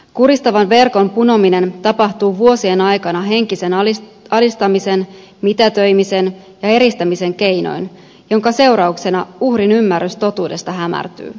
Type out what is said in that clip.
kuristavan verkon punominen tapahtuu vuosien aikana henkisen alistamisen mitätöimisen ja eristämisen keinoin minkä seurauksena uhrin ymmärrys totuudesta hämärtyy